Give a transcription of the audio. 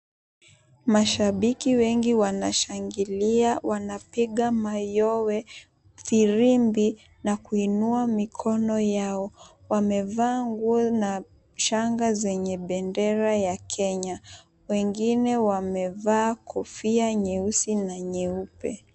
Mashabiki wengi wanashangilia wanapiga mayowe firimbi na kuinua mikono yao, wamevaa nguo na shanga zenye bendera ya Kenya wengine wamevaa kofia nyeusi na nyeupe.